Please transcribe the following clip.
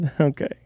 Okay